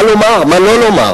מה לומר, מה לא לומר?